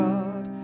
God